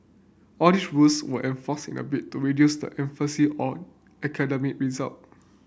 all these rules were enforced in a bid to reduce the emphasis on academic result